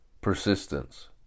Persistence